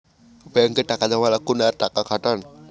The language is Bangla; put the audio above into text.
ব্যাঙ্কে টাকা জমা রাখুন আর টাকা খাটান